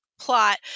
plot